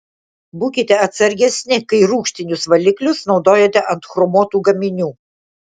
būkite atsargesni kai rūgštinius valiklius naudojate ant chromuotų gaminių